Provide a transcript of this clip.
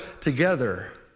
together